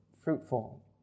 fruitful